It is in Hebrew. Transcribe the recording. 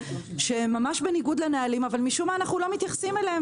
שהם ממש בניגוד לנהלים אבל משום מה אנחנו לא מתייחסים אליהם.